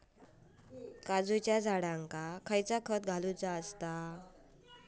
काजूच्या झाडांका कसला खत घालूचा?